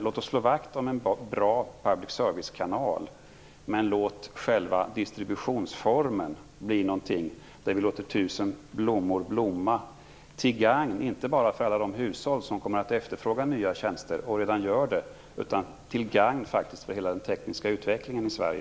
Låt oss slå vakt om en bra public service-kanal, men låt själva distributionsformen bli något som tillåter tusen blommor blomma - till gagn inte bara för alla hushåll som kommer att efterfråga nya tjänster och som redan nu gör det utan faktiskt för hela den tekniska utvecklingen i Sverige.